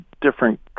different